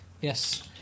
yes